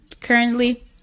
currently